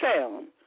sound